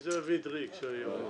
מי זה אבי דריקס היועץ?